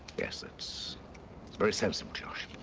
yes, it's very sensible, josh.